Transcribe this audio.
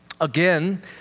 Again